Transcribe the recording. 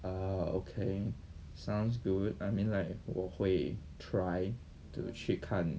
ah okay sounds good I mean like 我会 try to 去看